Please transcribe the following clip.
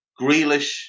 Grealish